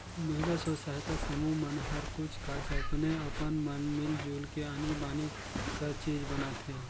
महिला स्व सहायता समूह मन हर कुछ काछ अपने अपन मन मिल जुल के आनी बानी कर चीज बनाथे